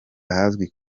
ahazwi